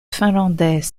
finlandais